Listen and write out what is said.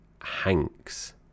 Hanks